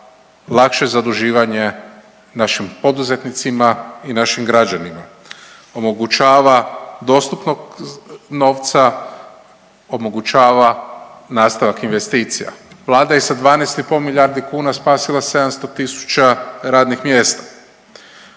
lakše zaduživanje našim poduzetnicima i našim građanima, omogućava dostupnost novca, omogućava nastavak investicija. Vlada je sa 12 i pol milijardi kuna spasila 700000 radnih mjesta